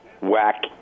whack